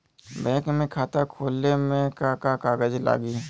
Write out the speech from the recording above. Bank में खाता खोले मे का का कागज लागी?